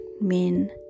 men